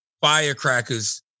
firecrackers